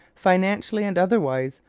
financially and otherwise,